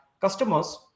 Customers